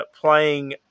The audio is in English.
playing